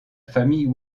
famille